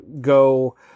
go